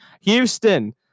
Houston